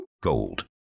Gold